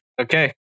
Okay